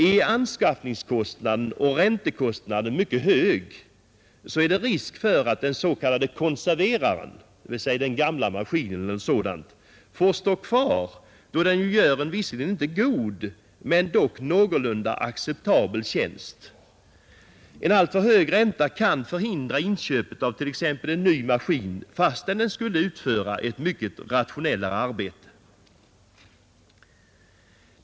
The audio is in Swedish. Är anskaffningskostnaden och räntekostnaden mycket höga är det risk för att den s.k. konserveraren — dvs. den gamla maskinen — får stå kvar, då den ju gör en visserligen inte god men någorlunda acceptabel tjänst. En alltför hög ränta kan förhindra inköpet av t.ex. en ny maskin fastän denna skulle utföra ett mycket rationellare arbete.